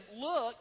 look